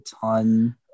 ton